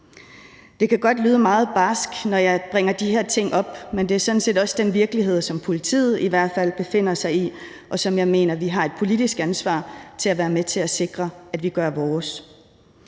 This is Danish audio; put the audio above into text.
Det kan godt lyde meget barsk, når jeg bringer de her ting op, men det er sådan set også den virkelighed, som politiet i hvert fald befinder sig i, og som jeg mener vi har et politisk ansvar for at være med til at sikre vi gør vores